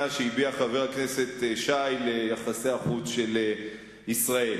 שהביע חבר הכנסת שי ליחסי החוץ של ישראל: